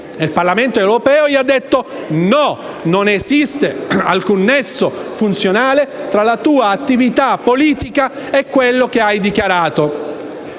al Parlamento europeo, che gli ha detto: no, non esiste alcun nesso funzionale tra la tua attività politica e ciò che ha dichiarato.